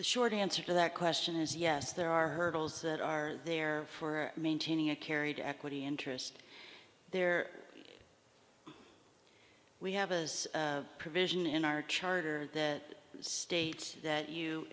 the short answer to that question is yes there are hurdles that are there for maintaining a carried equity interest there we have a provision in our charter the state that you